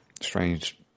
strange